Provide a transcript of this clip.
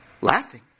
laughing